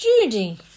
Judy